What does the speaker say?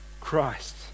Christ